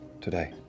Today